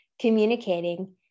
communicating